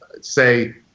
say